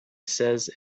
says